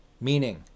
Meaning